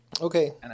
Okay